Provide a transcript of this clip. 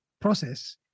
process